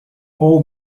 all